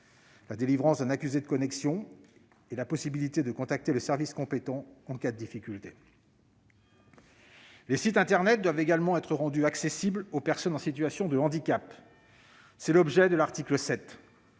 la délivrance d'un accusé de connexion et la possibilité de contacter le service compétent en cas de difficulté. Les sites internet doivent également être rendus accessibles aux personnes en situation de handicap : c'est l'objet de l'article 7.